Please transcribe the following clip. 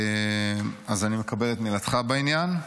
אז אני מקבל את מילתך בעניין.